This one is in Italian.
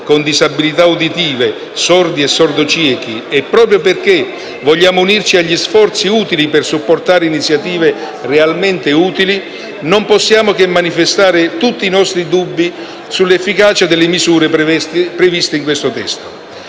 con disabilità uditive, sordi e sordociechi e proprio perché vogliamo unirci agli sforzi utili per supportare iniziative realmente utili, non possiamo che manifestare tutti i nostri dubbi sull'efficacia delle misure previste in questo testo.